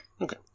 Okay